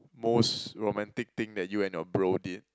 most romantic thing that you and your bro did